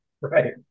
right